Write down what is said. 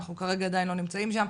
אנחנו עדיין לא נמצאים שם,